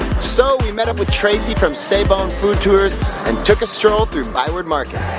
so we met up with tracy from c'est bon food tours and took a stroll through byward market.